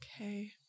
Okay